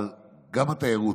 אבל גם התיירות,